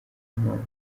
mpamvu